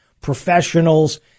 professionals